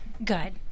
Good